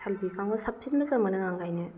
साल बिफांखौ साबसिन मोजां मोनो आं गायनो